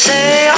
Say